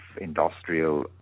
industrial